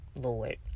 Lord